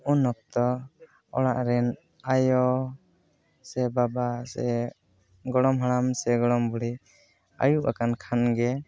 ᱩᱱ ᱚᱠᱛᱚ ᱚᱲᱟᱜ ᱨᱮᱱ ᱟᱭᱳ ᱥᱮ ᱵᱟᱵᱟ ᱥᱮ ᱜᱚᱲᱚᱢ ᱦᱟᱲᱟᱢ ᱥᱮ ᱜᱚᱲᱚᱢ ᱵᱩᱲᱦᱤ ᱟᱹᱭᱩᱵ ᱟᱠᱟᱱ ᱠᱷᱟᱱᱜᱮ